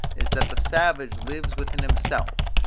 is that the savage lives within himself,